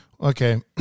Okay